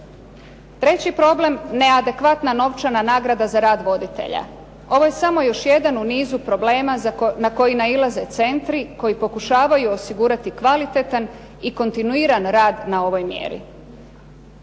Treći problem, neadekvatna novčana nagrada za rad voditelja. Ovo je samo još jedan u nizu problema na koji nailaze centri koji pokušavaju osigurati kvalitetan i kontinuiran rad na ovoj mjeri.